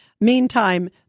Meantime